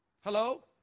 Hello